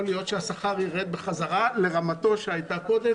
להיות שהשכר ירד בחזרה לרמתו שהייתה קודם,